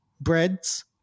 breads